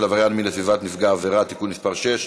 עבריין מין לסביבת נפגע העבירה (תיקון מס' 6)